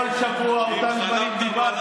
כל שבוע דיברת אותם דברים.